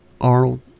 Arnold